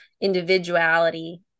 individuality